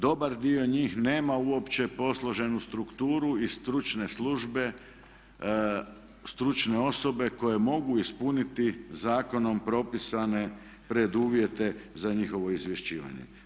Dobar dio njih nema uopće posloženu strukturu i stručne službe, stručne osobe koje mogu ispuniti zakonom propisane preduvjete za njihovo izvješćivanje.